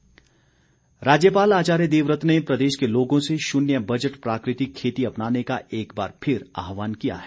राज्यपाल राज्यपाल आचार्य देवव्रत ने प्रदेश के लोगों से शुन्य बजट प्राकृतिक खेती अपनाने का एक बार फिर आहवान किया है